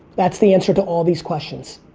that's the answer to all these questions.